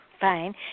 fine